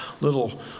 little